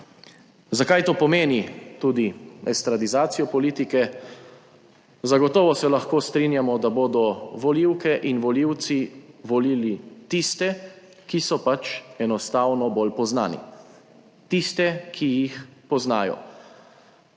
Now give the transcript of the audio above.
Zakaj? To pomeni tudi estradizacijo politike. Zagotovo se lahko strinjamo, da bodo volivke in volivci volili tiste, ki so pač enostavno bolj poznani, tiste, ki jih poznajo.